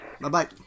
Bye-bye